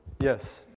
Yes